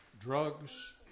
Drugs